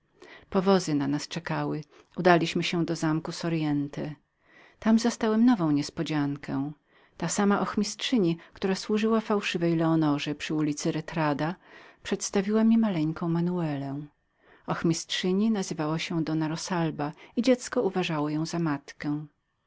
powozy na nas czekały udaliśmy się do zamku soriente tam zastałem nową niespodziankę ta sama ochmistrzyni która służyła fałszywej leonarze przy ulicy retardo przedstawiła mi maleńką manuelę nazywała się doa rosalba i dziecie uważało ją za matkę